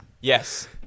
yes